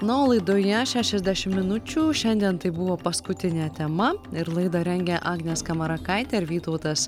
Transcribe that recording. na o laidoje šašiasdešim minučių šiandien tai buvo paskutinė tema ir laidą rengia agnė skamarakaitė ir vytautas